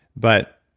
but